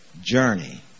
journey